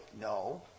No